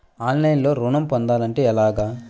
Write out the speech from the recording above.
ఆన్లైన్లో ఋణం పొందాలంటే ఎలాగా?